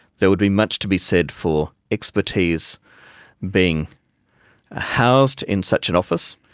there would be much to be said for expertise being housed in such an office.